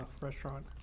restaurant